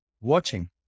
watching